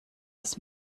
des